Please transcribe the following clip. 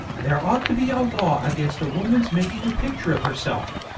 there ought to be a law against a woman's making a picture of herself,